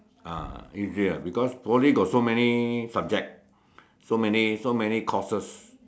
uh easier because Poly got so many subject so many so many courses